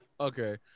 Okay